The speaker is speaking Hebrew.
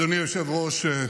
אדוני היושב-ראש,